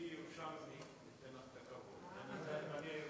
אדוני היושב בראש, סליחה, אדוני.